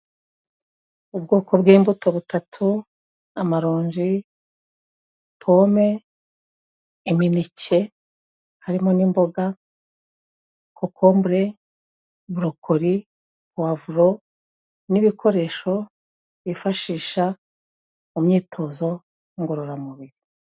Ubwoko bw'imbuto butatu amarongi, pome, imineke harimo n'imboga kokombure, burukori, pawavuro n'ibikoresho bifashisha mu myitozo ngororamubiri.